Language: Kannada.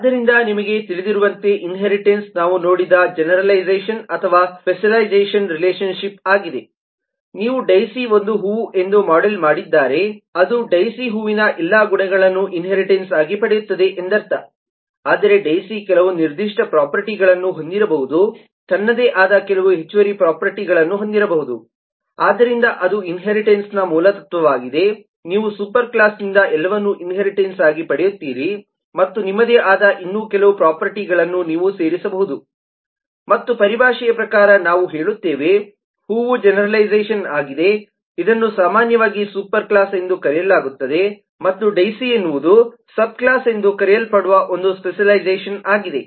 ಆದ್ದರಿಂದ ನಿಮಗೆ ತಿಳಿದಿರುವಂತೆ ಇನ್ಹೇರಿಟನ್ಸ್ ನಾವು ನೋಡಿದ ಜೆನೆರಲೈಝೇಷನ್ ಅಥವಾ ಸ್ಪೆಷಲ್ಲೈಝೇಷನ್ನ ರಿಲೇಶನ್ ಶಿಪ್ ಆಗಿದೆ ನೀವು ಡೈಸಿ ಒಂದು ಹೂವು ಎಂದು ಮೋಡೆಲ್ ಮಾಡಿದ್ದಾರೆ ಅದು ಡೈಸಿ ಹೂವಿನ ಎಲ್ಲಾ ಗುಣಗಳನ್ನು ಇನ್ಹೇರಿಟನ್ಸ್ ಆಗಿ ಪಡೆಯುತ್ತದೆ ಎಂದರ್ಥ ಆದರೆ ಡೈಸಿ ಕೆಲವು ನಿರ್ದಿಷ್ಟ ಪ್ರೊಪರ್ಟಿಗಳನ್ನು ಹೊಂದಿರಬಹುದು ತನ್ನದೇ ಆದ ಕೆಲವು ಹೆಚ್ಚುವರಿ ಪ್ರೊಪರ್ಟಿಗಳನ್ನು ಹೊಂದಿರಬಹುದು ಆದ್ದರಿಂದ ಅದು ಇನ್ಹೇರಿಟನ್ಸ್ನ ಮೂಲ ತತ್ವವಾಗಿದೆ ನೀವು ಸೂಪರ್ ಕ್ಲಾಸ್ನಿಂದ ಎಲ್ಲವನ್ನೂ ಇನ್ಹೇರಿಟನ್ಸ್ ಆಗಿ ಪಡೆಯುತ್ತೀರಿ ಮತ್ತು ನಿಮ್ಮದೇ ಆದ ಇನ್ನೂ ಕೆಲವು ಪ್ರೊಪರ್ಟಿಗಳನ್ನು ನೀವು ಸೇರಿಸಬಹುದು ಮತ್ತು ಪರಿಭಾಷೆಯ ಪ್ರಕಾರ ನಾವು ಹೇಳುತ್ತೇವೆ ಹೂವು ಜೆನೆರಲೈಝೇಷನ್ ಆಗಿದೆ ಇದನ್ನು ಸಾಮಾನ್ಯವಾಗಿ ಸೂಪರ್ ಕ್ಲಾಸ್ ಎಂದೂ ಕರೆಯಲಾಗುತ್ತದೆ ಮತ್ತು ಡೈಸಿ ಎನ್ನುವುದು ಸಬ್ ಕ್ಲಾಸ್ ಎಂದು ಕರೆಯಲ್ಪಡುವ ಒಂದು ಸ್ಪೆಷಲ್ಲೈಝೇಷನ್ ಆಗಿದೆ